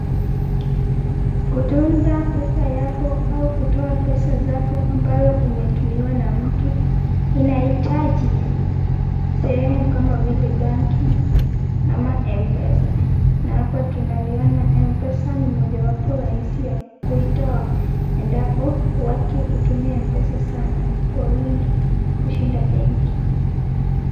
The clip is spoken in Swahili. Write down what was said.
Kutunza pesa yako au kutoa pesa zako ambayo umetumiwa na mtu inahitaji sehemu kama vile banki ama M-Pesa na hapa tunaliona M-Pesa ni mojawapo rahisi ya kuitoa endapo watu hutumia M-Pesa sana kwa wingi kushinda benki.